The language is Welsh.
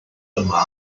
yma